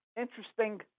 interesting